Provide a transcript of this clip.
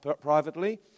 privately